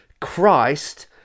Christ